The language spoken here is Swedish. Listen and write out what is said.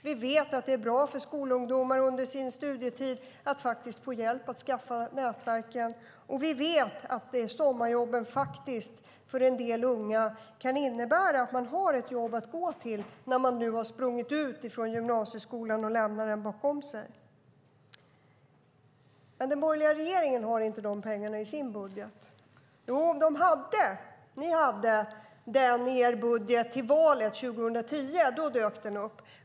Vi vet att det är bra för skolungdomar att under sin studietid få hjälp att skaffa nätverk. Vi vet att sommarjobben för en del unga kan innebära att man har ett jobb att gå till när man har sprungit ut från gymnasieskolan och lämnat den bakom sig. Den borgerliga regeringen har inte de pengarna i sin budget. Ni hade dem i er budget till valet 2010 - då dök de upp.